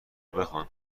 بخوان